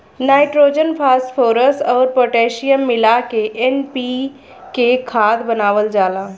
nitrogen, phosphorus अउर potassium मिला के एन.पी.के खाद बनावल जाला